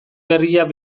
berriak